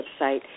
website